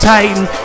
Titan